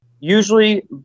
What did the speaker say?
Usually